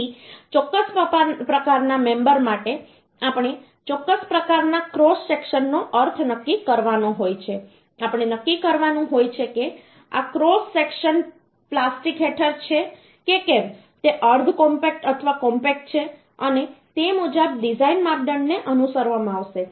તેથી ચોક્કસ પ્રકારના મેમબરમાટે આપણે ચોક્કસ પ્રકારના ક્રોસ સેક્શનનો અર્થ નક્કી કરવાનો હોય છે આપણે નક્કી કરવાનું હોય છે કે આ ક્રોસ સેક્શન પ્લાસ્ટિક હેઠળ છે કે કેમ તે અર્ધ કોમ્પેક્ટ અથવા કોમ્પેક્ટ છે અને તે મુજબ ડિઝાઇન માપદંડને અનુસરવામાં આવશે